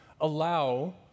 allow